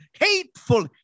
hateful